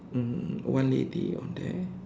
um got one lady on there